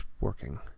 working